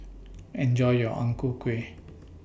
Enjoy your Ang Ku Kueh